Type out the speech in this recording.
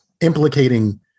Implicating